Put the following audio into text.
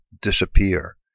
disappear